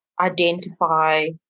identify